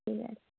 ঠিক আছে